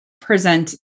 present